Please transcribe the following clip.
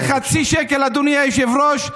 זה חצי שקל, אדוני היושב-ראש.